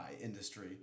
industry